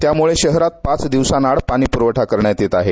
त्यामुळे शहरात पाच दिवसाआड पाणीपुरवठा करण्यात येत आहे